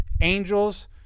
angels